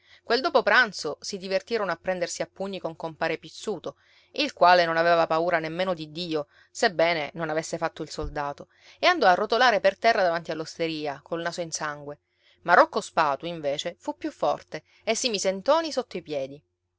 quel dopopranzo si divertirono a prendersi a pugni con compare pizzuto il quale non aveva paura nemmeno di dio sebbene non avesse fatto il soldato e andò a rotolare per terra davanti all'osteria col naso in sangue ma rocco spatu invece fu più forte e si mise ntoni sotto i piedi